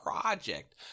project